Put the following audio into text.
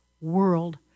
world